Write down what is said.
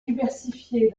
diversifié